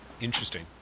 Interesting